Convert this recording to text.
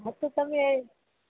હા તો તમે